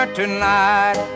tonight